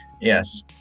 yes